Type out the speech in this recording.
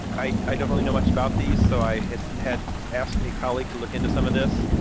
i don't really know much about these, so i had had asked a colleague to look into some of this.